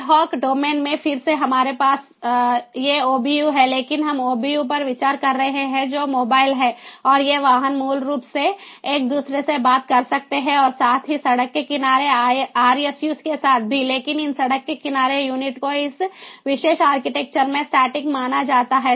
add hoc domain में फिर से हमारे पास ये OBU हैं लेकिन हम OBU पर विचार कर रहे हैं जो मोबाइल हैं और ये वाहन मूल रूप से एक दूसरे से बात कर सकते हैं और साथ ही सड़क के किनारे RSUs के साथ भी लेकिन इन सड़क के किनारे यूनिट को इस विशेष आर्किटेक्चर में स्टैटिक माना जाता है